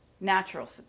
natural